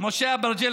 משה אברג'יל,